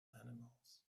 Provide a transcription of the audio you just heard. animals